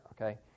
okay